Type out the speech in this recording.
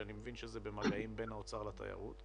שאני מבין שזה במגעים בין האוצר לתיירות.